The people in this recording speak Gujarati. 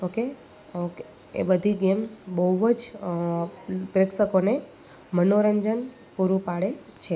ઓકે ઓકે એ બધી ગેમ બહુ જ પ્રેક્ષકોને મનોરંજન પૂરું પાડે છે